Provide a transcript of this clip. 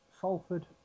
Salford